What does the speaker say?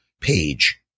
page